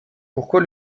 pourquoi